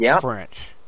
French